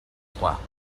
trois